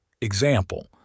Example